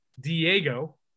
Diego